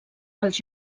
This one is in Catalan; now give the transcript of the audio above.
pels